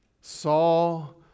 Saul